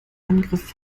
angriff